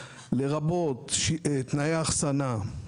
לרבות תנאי אחסנה,